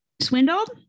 swindled